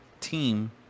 team